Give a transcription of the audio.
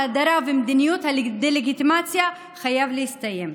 ההדרה ומדיניות הדה-לגיטימציה חייבים להסתיים.